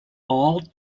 all